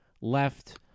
left